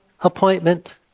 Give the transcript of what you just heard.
appointment